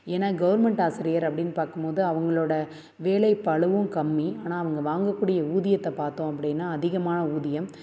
ஏன்னால் கவர்மெண்ட் ஆசிரியர் அப்படின்னு பார்க்கும்போது அவங்களோட வேலை பளுவும் கம்மி ஆனால் அவங்க வாங்கக்கூடிய ஊதியத்தை பார்த்தோம் அப்படினா அதிகமான ஊதியம்